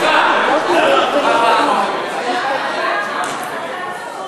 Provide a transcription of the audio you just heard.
(קוראת בשמות חברי הכנסת)